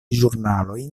ĵurnaloj